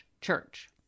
church